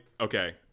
okay